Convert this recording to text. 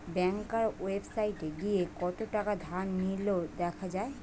ব্যাংকার ওয়েবসাইটে গিয়ে কত থাকা ধার নিলো দেখা যায়